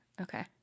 Okay